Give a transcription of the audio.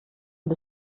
und